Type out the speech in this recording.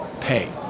pay